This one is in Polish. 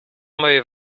mojej